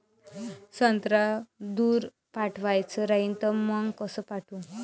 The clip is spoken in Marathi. संत्रा दूर पाठवायचा राहिन तर मंग कस पाठवू?